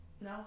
No